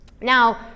Now